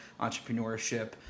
entrepreneurship